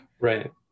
Right